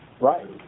Right